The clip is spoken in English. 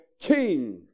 King